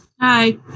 hi